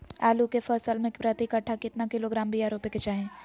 आलू के फसल में प्रति कट्ठा कितना किलोग्राम बिया रोपे के चाहि?